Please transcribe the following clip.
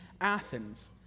Athens